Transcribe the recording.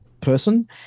person